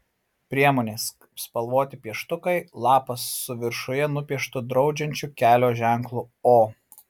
priemonės spalvoti pieštukai lapas su viršuje nupieštu draudžiančiu kelio ženklu o